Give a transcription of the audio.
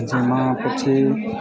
જેમાં પછી